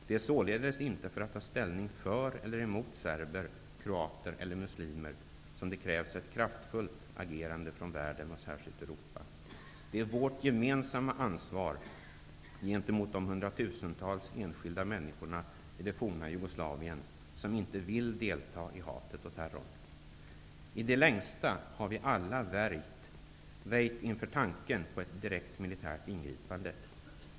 Det är således inte för att ta ställning för eller mot serber, kroater eller muslimer som det krävs ett kraftfullt agerande från världen, särskilt från Europa. Det är vårt gemensamma ansvar gentemot de hundratusentals enskilda människorna i det forna Jugoslavien, som inte vill delta i fråga om hatet och terrorn. I det längsta har vi alla väjt inför tanken på ett direkt militärt ingripande.